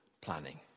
planning